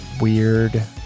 weird